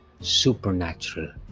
supernatural